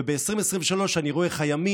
וב-2023 אני רואה איך הימין,